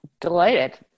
delighted